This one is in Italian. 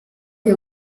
che